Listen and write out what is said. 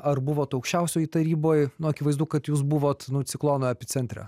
ar buvot aukščiausioj taryboj nu akivaizdu kad jūs buvot nu ciklono epicentre